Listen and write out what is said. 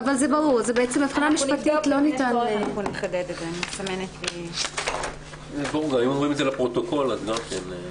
אני אדבר בלשון נקבה אבל